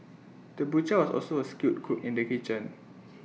the butcher was also A skilled cook in the kitchen